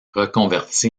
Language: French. reconverti